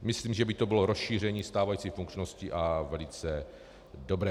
Myslím, že by to bylo rozšíření stávající funkčnosti a velice dobré.